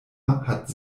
hat